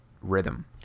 rhythm